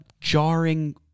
jarring